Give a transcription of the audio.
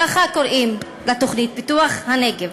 ככה קוראים לתוכנית, פיתוח הנגב,